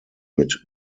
mit